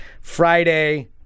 Friday